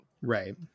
Right